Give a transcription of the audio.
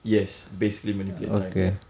yes basically manipulate time ya